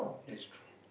that's true